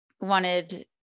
wanted